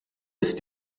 ist